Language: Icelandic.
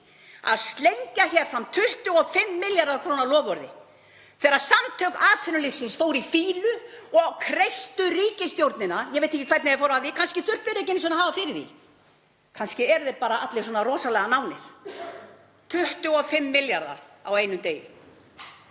að slengja fram 25 milljarða kr. loforði þegar Samtök atvinnulífsins fóru í fýlu og kreistu ríkisstjórnina. Ég veit ekki hvernig þeir fóru að því, kannski þurftu þeir ekki einu sinni að hafa fyrir því. Kannski eru þeir bara allir svona rosalega nánir, 25 milljarðar á einum degi.